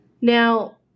Now